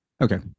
Okay